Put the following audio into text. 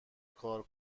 کار